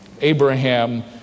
Abraham